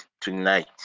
tonight